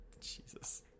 Jesus